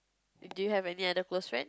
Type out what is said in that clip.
do you have any other close friend